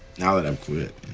now that i've quit.